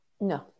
No